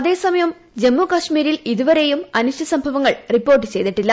അതേസമയം ജമ്മു കശ്മീരിൽ ഇതുവരെയും അനിഷ്ട സംഭവങ്ങൾ റിപ്പോർട്ട് ചെയ്തിട്ടില്ല